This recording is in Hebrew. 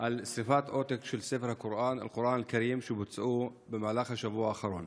על שרפות עותק של ספר הקוראן שבוצעו במהלך השבוע האחרון.